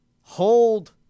Hold